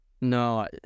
No